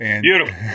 Beautiful